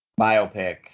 Biopic